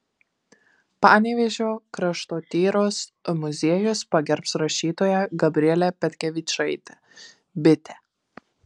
panevėžio kraštotyros muziejus pagerbs rašytoją gabrielę petkevičaitę bitę